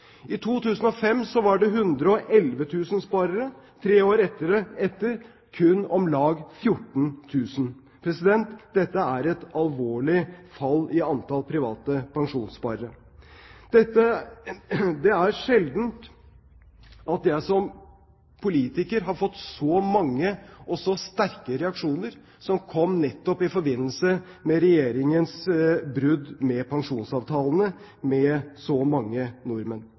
I 2005 var det 111 000 sparere – tre år etter kun om lag 14 000. Dette er et alvorlig fall i antall private pensjonssparere. Det er sjelden at jeg som politiker har fått så mange og så sterke reaksjoner, som dem som nettopp kom i forbindelse med Regjeringens brudd med pensjonsavtalene med så mange nordmenn.